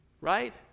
right